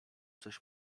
coś